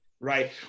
Right